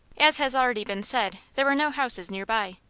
as has already been said, there were no houses near by.